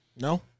no